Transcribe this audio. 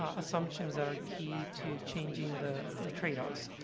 assumptions that are key to changing the the tradeoffs.